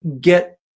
get